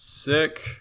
sick